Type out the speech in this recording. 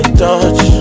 touch